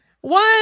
One